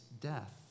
death